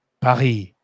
Paris